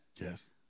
Yes